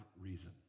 reason